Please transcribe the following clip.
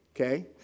Okay